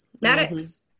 Maddox